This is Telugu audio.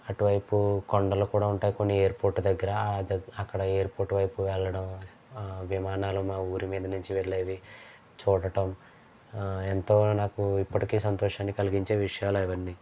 అటు వైపు కొండలు కూడా ఉంటాయి కొన్ని ఎయిర్పోర్ట్ దగ్గర ఆ అక్కడ ఎయిర్పోర్ట్ వైపు వెళ్ళడం విమానాలు మా ఊరి మీద నుంచి వెళ్ళేవి చూడటం ఎంతో నాకు ఇప్పటికి సంతోషం కలిగించే విషయాలు అవన్నీ